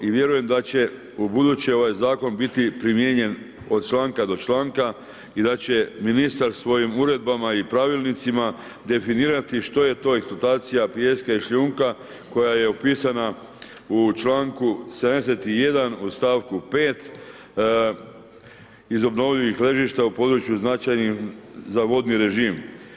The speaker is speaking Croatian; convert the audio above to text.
I vjerujem da će ubuduće ovaj zakon biti primijenjen od članka do članka i da će ministar svojim uredbama i pravilnicima definirati što je to eksploatacija pijeska i šljunka koja je opisana u članku 71. u stavku 5. iz obnovljivih ležišta u području značajnim za vodni režim.